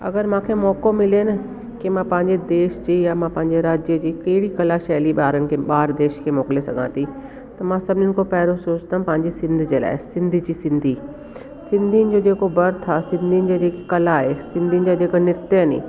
अगरि मूंखे मौको मिले न की मां पंहिंजे देश जे या मां पंहिंजे राज्य जी कहिड़ी कला जी शैली ॿारनि खे बाहर देश खे मोकिले सघां थी त मां सभिनि खे पहिरियों सोचंदमि पंहिंजे सिंध जे लाइ सिंध जी सिंधी सिंधियुनि जो जेको बर्थ आहे सिंधियुनि जी जेकी कला आहे सिंधियुनि जा जेके नृत्य आहिनि